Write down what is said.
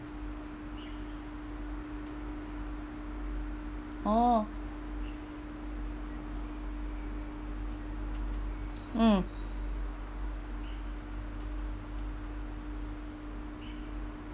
oh mm